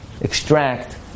extract